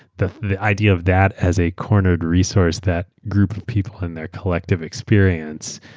the the idea of that as a cornered resource that groups people and their collective experience.